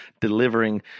delivering